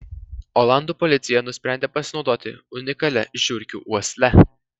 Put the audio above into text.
olandų policija nusprendė pasinaudoti unikalia žiurkių uosle